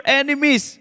enemies